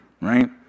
right